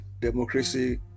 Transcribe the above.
democracy